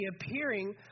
appearing